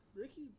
Ricky